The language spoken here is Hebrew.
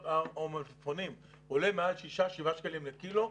או המלפפונים עולה מעל 6-7 שקלים לקילו,